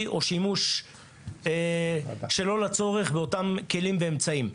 או שימוש שלא לצורך באותם כלים ואמצעים.